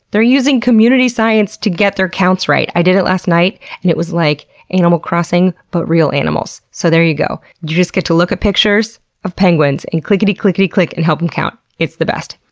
they're using community science to get their counts right! i did it last night and it was like animal crossing, but real animals. so there you go. you just get to look at pictures of penguins and clickity-clickity-click, and help em count. it's the best.